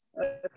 okay